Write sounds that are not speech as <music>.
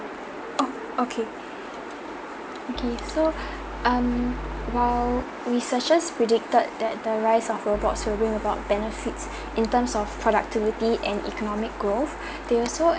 oh okay okay so um we suggest predicted that the rise of robots will bring about benefits <breath> in terms of productivity and economic growth <breath>